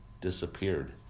disappeared